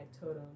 totem